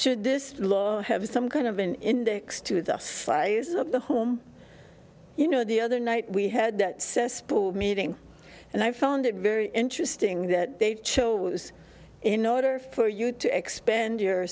should this have some kind of an index to the us five days of the home you know the other night we had that cesspool meeting and i found it very interesting that they chose in order for you to expand your